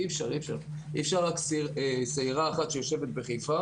אי אפשר שתהיה רק סירה אחת שיושבת בחיפה